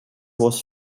was